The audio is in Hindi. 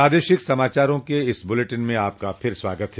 प्रादेशिक समाचारों के इस बुलेटिन में आपका फिर से स्वागत है